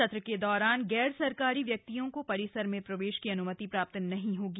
सत्र के दौरान ग्र्म सरकारी व्यक्तियों को परिसर में प्रवेश की अन्मति प्राप्त नहीं होगी